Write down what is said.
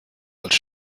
als